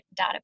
database